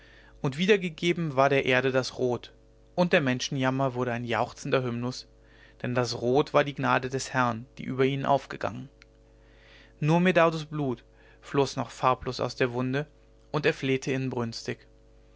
und wiedergegeben war der erde das rot und der menschen jammer wurde ein jauchzender hymnus denn das rot war die gnade des herrn die über ihnen aufgegangen nur medardus blut floß noch farblos aus der wunde und er flehte inbrünstig